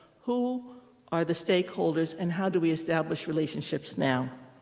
who are the stakeholders, and how do we establish relationships now?